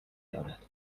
یابد